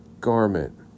garment